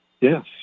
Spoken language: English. Yes